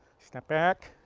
step back.